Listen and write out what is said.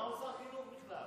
בשביל מה הוא שר חינוך בכלל?